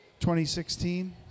2016